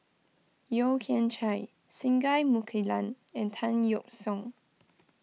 Yeo Kian Chai Singai Mukilan and Tan Yeok Seong